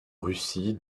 russie